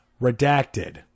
Redacted